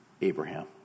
Abraham